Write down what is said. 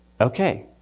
Okay